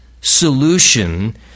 solution